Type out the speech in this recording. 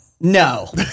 no